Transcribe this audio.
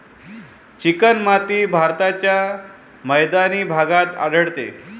चिकणमाती भारताच्या मैदानी भागात आढळते